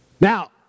Now